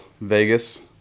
Vegas